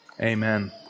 Amen